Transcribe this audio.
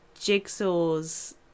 Jigsaw's